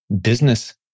business